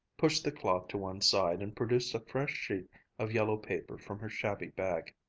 pushed the cloth to one side, and produced a fresh sheet of yellow paper from her shabby bag.